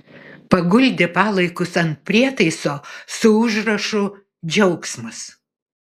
paguldė palaikus ant prietaiso su užrašu džiaugsmas